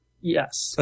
Yes